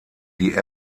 die